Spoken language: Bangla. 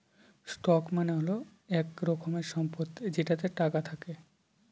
স্টক মানে হল এক রকমের সম্পদ যেটাতে টাকা থাকে